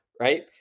right